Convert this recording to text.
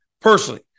personally